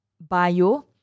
bio